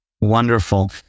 Wonderful